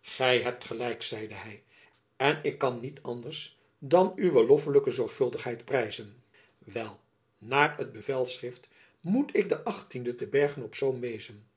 gy hebt gelijk zeide hy en ik kan niet anders dan uw loffelijke zorgvuldigheid den prijzen wel naar het bevelschrift moet ik den te bergen-op-zoom wezen